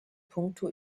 puncto